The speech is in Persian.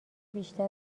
بیشتر